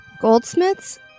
goldsmiths